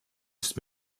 ist